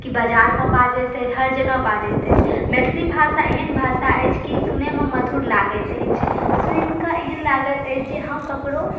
कि बाजारमे बाजैत ऐ हर जगह बाजैत अछि मैथिली भाषा एहन भाषा अछि कि सुनयमे मधुर लागैत अछि सुनिकऽ एहन लागैत अछि जे हम ककरो